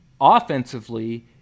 offensively